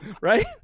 right